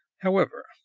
however,